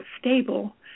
stable